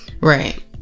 right